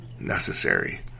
necessary